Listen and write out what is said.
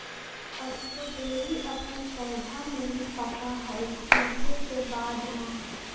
strawberry अपन पौधा में ही पका हई टूटे के बाद ना